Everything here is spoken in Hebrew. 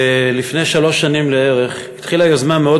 לפני שלוש שנים בערך התחילה יוזמה מאוד